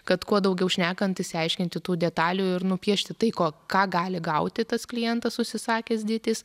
kad kuo daugiau šnekant išsiaiškinti tų detalių ir nupiešti tai ko ką gali gauti tas klientas užsisakęs ditys